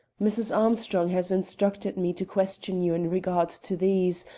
mrs. armstrong has instructed me to question you in regard to these,